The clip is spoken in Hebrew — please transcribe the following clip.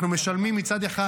מצד אחד,